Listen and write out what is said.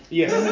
yes